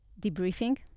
debriefing